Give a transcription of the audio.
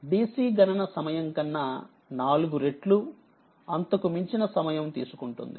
DC గణన సమయం కన్నా 4 రెట్లు అంతకుమించిన సమయం తీసుకుంటుంది